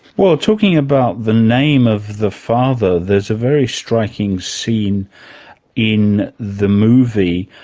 well talking about the name of the father, there's a very striking scene in the movie